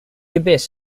abyss